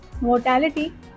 Mortality